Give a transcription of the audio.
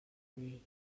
llei